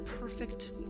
perfect